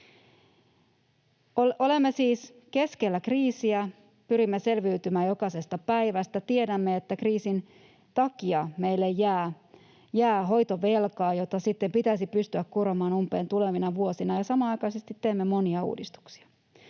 Olemme siis keskellä kriisiä. Pyrimme selviytymään jokaisesta päivästä. Tiedämme, että kriisin takia meille jää hoitovelkaa, jota sitten pitäisi pystyä kuromaan umpeen tulevina vuosina, ja samanaikaisesti teemme monia uudistuksia.